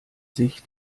sich